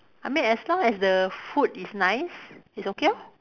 I mean as long as the food is nice it's okay lor